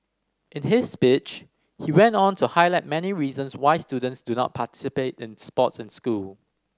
in his speech he went on to highlight many reasons why students do not in sports and school